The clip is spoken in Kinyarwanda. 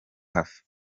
hafite